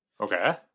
Okay